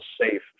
safe